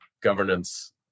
governance